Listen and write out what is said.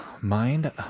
Mind